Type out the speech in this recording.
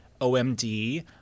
OMD